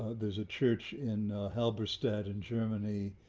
there's a church in halberstadt in germany,